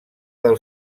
del